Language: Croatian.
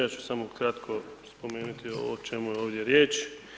Ja ću samo kratko spomenuti ovo o čemu je ovdje riječ.